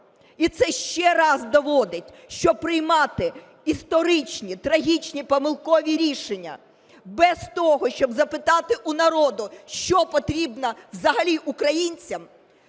І це ще раз доводить, що приймати історичні трагічні помилкові рішення без того, щоб запитати у народу, що потрібно взагалі українцям,